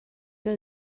que